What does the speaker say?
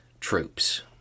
troops